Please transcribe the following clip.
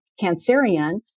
Cancerian